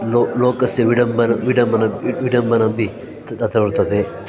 लो लोकस्य विडम्बनं विडम्बनं इ विडम्बनपि त तत्र वर्तते